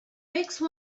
make